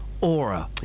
aura